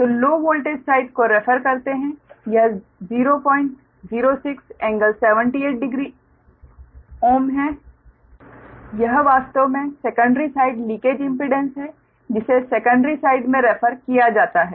तो low voltage side को refer करते है यह 006∟780 Ω है यह वास्तव में सेकंडरी साइड लीकेज इम्पीडेंस है जिसे सेकंडरी साइड में रेफर किया जाता है